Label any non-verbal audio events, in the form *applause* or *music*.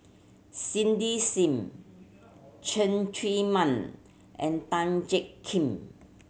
Cindy Sim Cheng *unintelligible* Man and Tan Jiak Kim